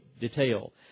detail